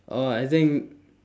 oh I think